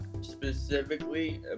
specifically